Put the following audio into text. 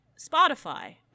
Spotify